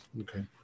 Okay